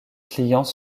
clients